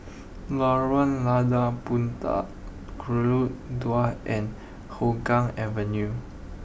Lorong Lada Puteh Dua and Hougang Avenue